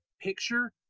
picture